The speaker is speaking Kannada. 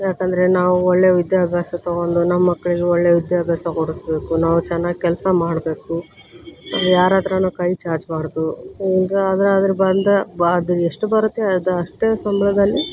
ಯಾಕಂದರೆ ನಾವು ಒಳ್ಳೆಯ ವಿದ್ಯಾಭ್ಯಾಸ ತಗೊಂಡು ನಮ್ಮ ಮಕ್ಕಳಿಗೆ ಒಳ್ಳೆಯ ವಿದ್ಯಾಭ್ಯಾಸ ಕೊಡಿಸ್ಬೇಕು ನಾವು ಚೆನ್ನಾಗಿ ಕೆಲಸ ಮಾಡಬೇಕು ಯಾರ ಹತ್ರನೂ ಕೈ ಚಾಚಬಾರ್ದು ಈಗ ಅದ್ರ ಅದ್ರ ಬಂದ ಬಾ ಅದು ಎಷ್ಟು ಬರುತ್ತೆ ಅದು ಅಷ್ಟೇ ಸಂಬಳದಲ್ಲಿ